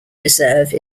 reserve